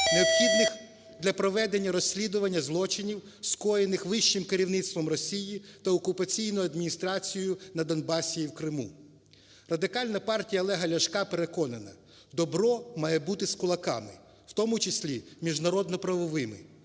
необхідних для проведення розслідування злочинів, скоєних вищим керівництвом Росії та окупаційною адміністрацією на Донбасі і в Криму. Радикальна партія Олега Ляшка переконана, "добро має бути з кулаками", в тому числі, міжнародно-правовими.